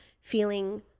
feeling